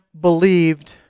believed